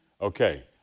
Okay